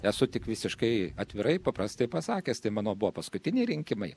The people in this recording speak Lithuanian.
esu tik visiškai atvirai paprastai pasakęs tai mano buvo paskutiniai rinkimai